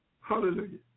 Hallelujah